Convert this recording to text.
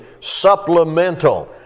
supplemental